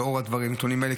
לנוכח הנתונים האלה,